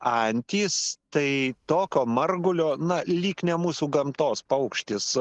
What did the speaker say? antys tai tokio margulio na lyg ne mūsų gamtos paukštis